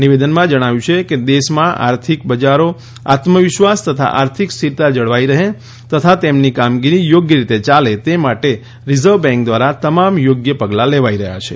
નિવેદનમાં જણાવાયું છે કે દેશમાં આર્થિક બજારો આત્મવિશ્વાસ તથા આર્થિક સ્થિરતા જળવાઈ રહે તથા તેમની કામગીરી યોગ્ય રીતે યાલે તે માટે રિઝર્વ બેન્ક દ્વારા તમામ યોગ્ય પગલાં લેવાઈ રહ્યાં છે